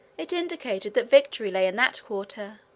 it indicated that victory lay in that quarter,